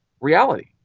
reality